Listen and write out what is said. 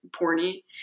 porny